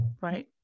right